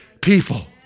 people